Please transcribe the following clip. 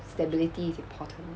stability is important